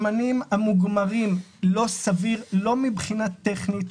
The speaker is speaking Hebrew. לא סביר מבחינה טכנית,